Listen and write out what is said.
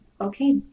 okay